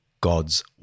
God's